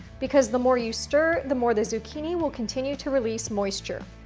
because the more you stir, the more the zucchini will continue to release moisture.